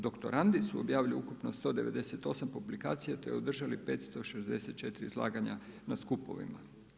Doktorandi su objavili ukupno 198 publikacija te održali 564 izlaganja na skupovima.